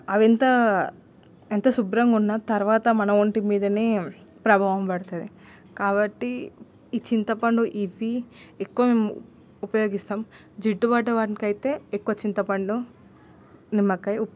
అవెంత ఎంత శుభ్రంగున్నా తర్వాత మన ఒంటి మీదనే ప్రభావం పడతది కాబట్టి ఈ చింతపండు ఇవి ఎక్కువ మేము ఉపయోగిస్తాం జిడ్డు పడ్డ వాటికయితే ఎక్కువ చింతపండు నిమ్మకాయి ఉప్పు